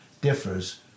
differs